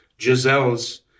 Giselle's